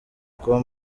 kuba